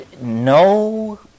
no